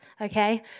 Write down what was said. okay